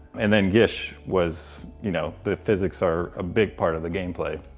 and then gish was you know, the physics are a big part of the gameplay,